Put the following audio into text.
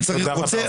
תודה רבה.